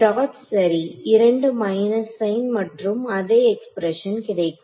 dot சரி இரண்டு minus sign மற்றும் அதே எக்ஸ்பிரஷன் கிடைக்கும்